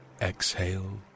exhale